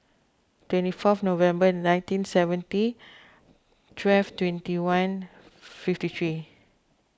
twenty fourth November nineteen seventy twelve twenty one fifty three